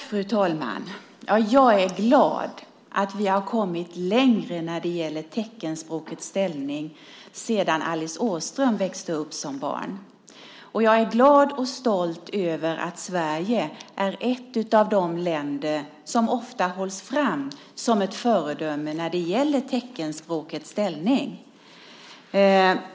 Fru talman! Jag är glad att vi har kommit längre när det gäller teckenspråkets ställning sedan Alice Åström växte upp. Jag är glad och stolt över att Sverige är ett av de länder som ofta hålls fram som ett föredöme när det gäller teckenspråkets ställning.